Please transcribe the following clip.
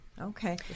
Okay